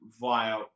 via